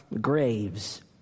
graves